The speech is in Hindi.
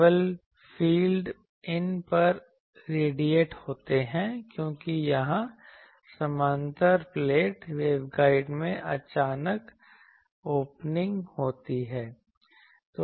केवल फील्ड इन पर रेडिएट होते हैं क्योंकि यहाँ समानांतर प्लेट वेवगाइड में अचानक ओपनिंग होती है